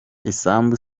isambu